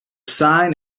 sign